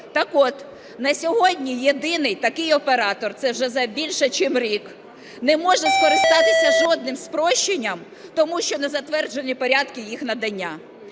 Так от на сьогодні єдиний такий оператор, це вже за більше чим рік, не може скористатися жодним спрощенням, тому що не затверджені порядки їх надання.